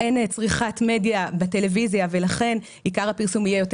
צריכת מדיה בטלוויזיה ולכן עיקר הפרסום יהיה יותר